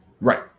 Right